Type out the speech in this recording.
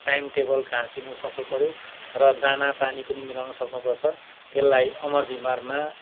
time table घाँस दिनु सक्नुपर्यो र दानापानी पनि मिलाउन सक्नुपर्छ त्यसलाई अमर बिमारमा